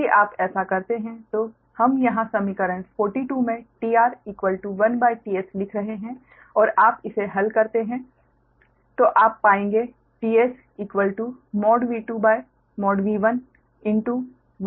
यदि आप ऐसा करते हैं तो हम यहाँ समीकरण 42 में tR1ts लिख रहे हैं और आप इसे हल करते है तो आप पाएंगे t s